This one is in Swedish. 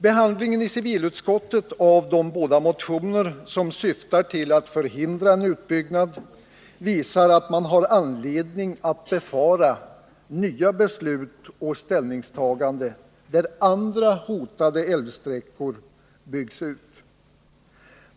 Behandlingen i civilutskottet av de båda motioner som syftar till att förhindra en utbyggnad visar att man har anledning att befara nya beslut och ställningstaganden innebärande att andra hotade älvsträckor byggs ut.